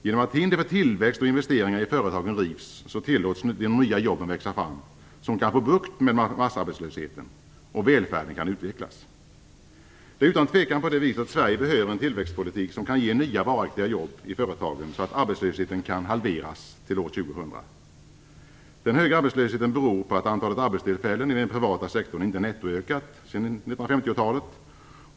Genom att hinder för tillväxt och investeringar i företagen rivs tillåts de nya jobb växa fram som kan få bukt med massarbetslösheten, och välfärden kan utvecklas. Det är utan tvekan på det viset att Sverige behöver en tillväxtpolitik som kan ge nya varaktiga jobb i företagen så att arbetslösheten kan halveras till år 2000. Den höga arbetslösheten beror på att antalet arbetstillfällen i den privata sektorn inte nettoökat sedan 1950-talet.